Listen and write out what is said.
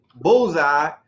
bullseye